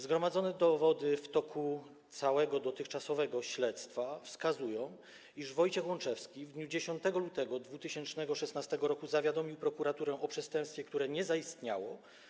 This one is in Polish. Zgromadzone dowody w toku całego dotychczasowego śledztwa wskazują, iż Wojciech Łączewski w dniu 10 lutego 2016 r. zawiadomił prokuraturę o przestępstwie, które nie zaistniało.